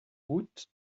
route